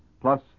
plus